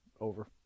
over